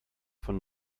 von